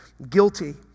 guilty